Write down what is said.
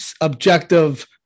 objective